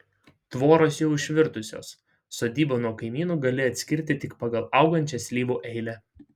tvoros jau išvirtusios sodybą nuo kaimynų gali atskirti tik pagal augančią slyvų eilę